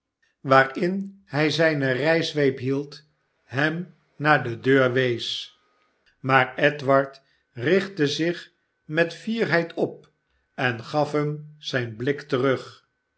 waarin hij zijne rijzweep hield hem naar de deur wees maar edward richtte zich met fierheid op en gaf hem zijn blik terug